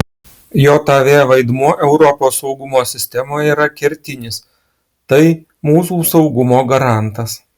jav vaidmuo europos saugumo sistemoje yra kertinis tai mūsų saugumo garantas